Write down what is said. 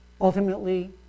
Ultimately